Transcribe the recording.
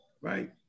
right